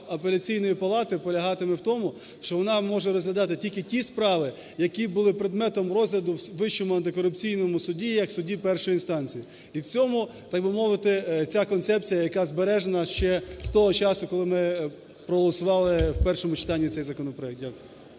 Апеляційної палати полягатиме у тому, що вона може розглядати тільки ті справи, які були предметом розгляду в Вищому антикорупційному суді як суді першої інстанції. І в цьому, так би мовити, ця концепція, яка збережена ще з того часу, коли ми проголосували в першому читанні цей законопроект. Дякую.